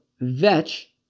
vetch